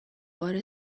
بار